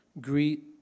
Greet